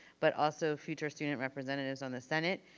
but also future student representatives on the senate.